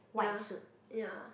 ya ya